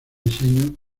diseño